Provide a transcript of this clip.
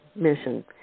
mission